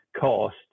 cost